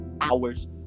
hour's